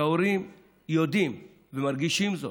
שההורים יודעים ומרגישים זאת.